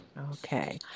Okay